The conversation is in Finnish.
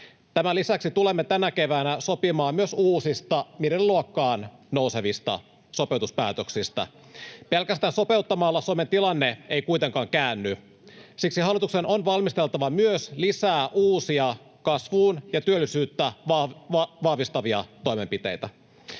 Tämän lisäksi tulemme tänä keväänä sopimaan myös uusista miljardiluokkaan nousevista sopeutuspäätöksistä. Pelkästään sopeuttamalla Suomen tilanne ei kuitenkaan käänny. [Antti Lindtman: Hyvä!] Siksi hallituksen on valmisteltava uusia kasvua ja työllisyyttä vahvistavia toimenpiteitä.